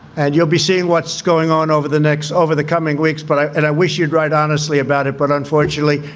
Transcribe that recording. and you'll be seeing what's going on over the next over the coming weeks. but i wish you'd write honestly about it, but unfortunately,